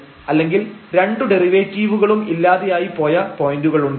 അല്ലെങ്കിൽ രണ്ടു ഡെറിവേറ്റീവുകളും ഇല്ലാതെയായി പോയ പോയന്റുകളുണ്ട്